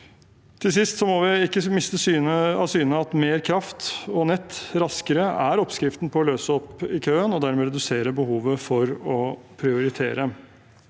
Til sist må vi ikke skal miste av syne at mer kraft og nett raskere er oppskriften på å løse opp i køen og dermed redusere behovet for å prioritere.